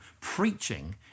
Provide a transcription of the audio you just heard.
preaching